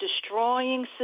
destroying